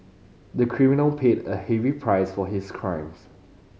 the criminal paid a heavy price for his crimes